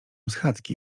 schadzki